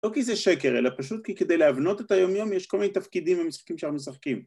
לא כי זה שקר אלא פשוט כי כדי להבנות את היומיום יש כל מיני תפקידים ומשחקים שאנחנו משחקים